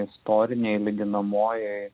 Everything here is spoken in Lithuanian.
istorinėj lyginamojoj